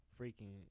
Freaking